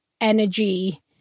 energy